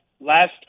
last